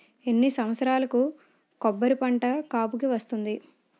ఎన్ని సంవత్సరాలకు కొబ్బరి పంట కాపుకి వస్తుంది?